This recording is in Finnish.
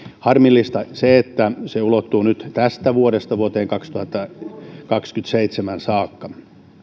harmillista on se että se ulottuu nyt tästä vuodesta vuoteen kaksituhattakaksikymmentäseitsemän saakka